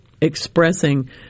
expressing